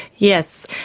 yes,